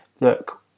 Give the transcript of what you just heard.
look